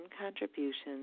contributions